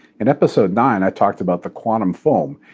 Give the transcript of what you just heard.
in episode nine, i talked about the quantum foam,